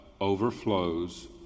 overflows